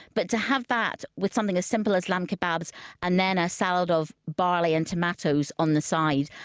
but to have that with something as simple as lamb kebabs and then a salad of barley and tomatoes on the side,